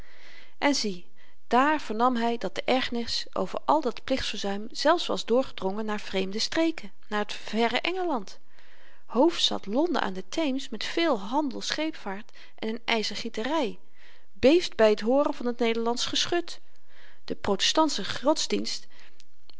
en zie daar vernam hy dat de ergernis over al dat plichtverzuim zelfs was doorgedrongen naar vreemde streken naar t verre engeland hoofdstad londen aan de theems met veel handel scheepvaart en n yzergietery beeft by t hooren van t nederlandsch geschut de protestantsche godsdienst